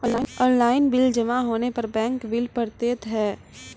Online bill जमा होने पर बैंक बिल पड़तैत हैं?